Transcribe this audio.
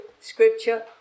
scripture